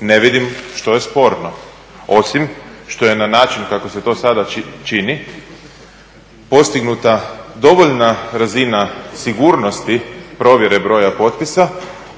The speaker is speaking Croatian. Ne vidim što je sporno, osim što je na način kako se to sada čini postignuta dovoljna razina sigurnosti provjere broja potpisa